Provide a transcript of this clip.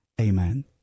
Amen